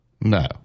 No